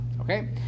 Okay